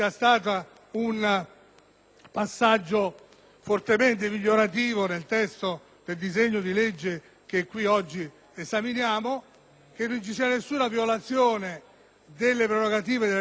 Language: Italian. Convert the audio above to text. passaggio fortemente migliorativo nel testo del disegno di legge che qui oggi esaminiamo e non vi sia alcuna violazione delle prerogative di tali Regioni.